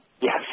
Yes